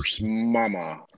mama